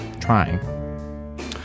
trying